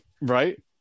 Right